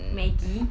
Maggi